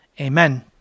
amen